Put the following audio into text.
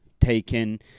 taken